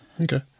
Okay